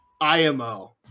IMO